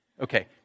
Okay